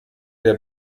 der